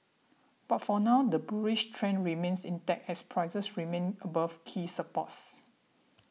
but for now the bullish trend remains intact as prices remain above key supports